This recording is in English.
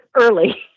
early